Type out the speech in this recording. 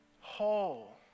Whole